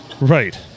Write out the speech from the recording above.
Right